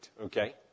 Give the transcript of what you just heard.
Okay